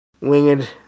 winged